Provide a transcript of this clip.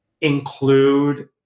include